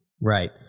Right